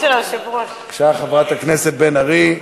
בבקשה, חברת הכנסת בן ארי.